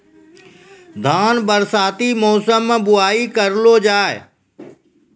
धान बरसाती मौसम बुवाई करलो जा?